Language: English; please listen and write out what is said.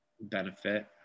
benefit